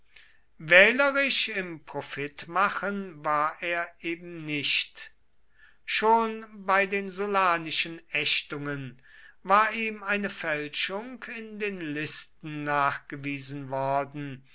wählerisch im profitmachen war er eben nicht schon bei den sullanischen ächtungen war ihm eine fälschung in den listen nachgewiesen worden